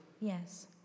Yes